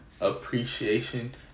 appreciation